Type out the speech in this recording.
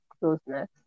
closeness